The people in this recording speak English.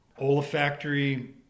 olfactory